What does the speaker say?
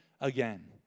again